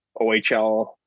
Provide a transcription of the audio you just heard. OHL